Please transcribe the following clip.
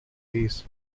days